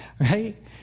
Right